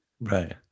right